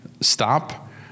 stop